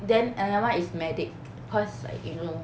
then another one is medic cause like you know